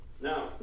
Now